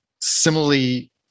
similarly